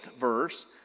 verse